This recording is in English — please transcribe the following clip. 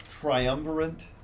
triumvirate